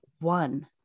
one